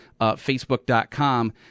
Facebook.com